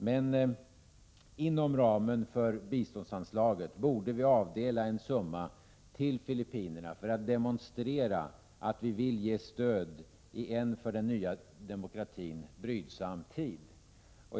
Men inom ramen för biståndsanslaget borde vi avdela en summa till Filippinerna för att demonstrera att vi vill ge stöd i en för den nya demokratin brydsam tid.